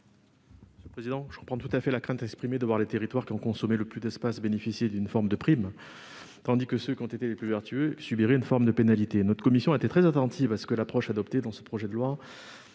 économiques ? Je comprends tout à fait la crainte de voir les territoires qui ont consommé le plus d'espace bénéficier d'une forme de prime, tandis que ceux qui ont été les plus vertueux subiraient une forme de pénalité. Notre commission a été très attentive à ce que l'approche adoptée dans ce projet de loi